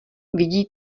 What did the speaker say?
vidí